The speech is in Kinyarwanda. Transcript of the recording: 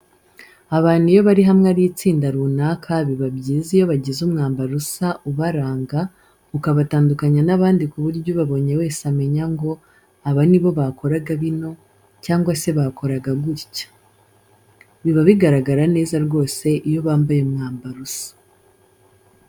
Abantu iyo bari hamwe ari itsinda runaka biba byiza iyo bagize umwambaro usa ubaranga ukabatandukanya n'abandi kuburyo ubabonye wese amenya ngo aba nibo bakoraga bino cyangwa se bakoraga gutya. Biba bigaragara neza rwose iyo bambaye umwambaro usa.